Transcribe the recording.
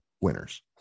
winners